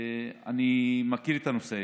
אני מכיר את הנושא,